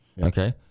okay